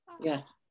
Yes